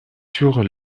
sur